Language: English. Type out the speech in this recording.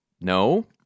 no